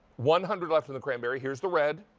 one hundred left in the cranberry, here's the red.